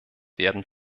werden